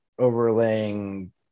overlaying